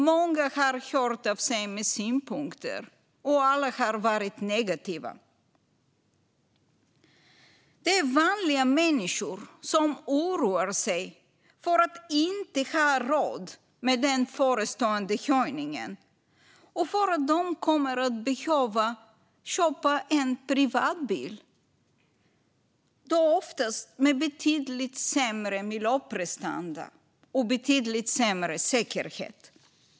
Många har hört av sig med synpunkter, och alla har varit negativa. Det är vanliga människor som oroar sig för att de inte kommer att ha råd med den förestående höjningen och för att de kommer att behöva köpa en privatbil, då oftast med betydligt sämre miljöprestanda och betydligt sämre säkerhet.